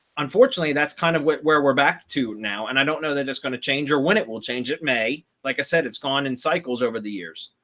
unfortunately, that's kind of where where we're back to now. and i don't know that it's going to change or when it will change, it may, like i said, it's gone in cycles over the years.